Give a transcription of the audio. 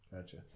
Gotcha